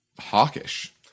hawkish